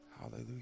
Hallelujah